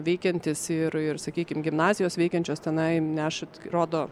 veikiantys ir ir sakykim gimnazijos veikiančios tenai neša rodo